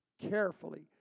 carefully